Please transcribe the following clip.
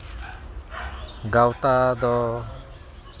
ᱜᱟᱶᱛᱟ ᱫᱚ